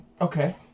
Okay